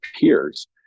peers